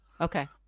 Okay